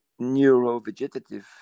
neurovegetative